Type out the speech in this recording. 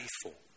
faithful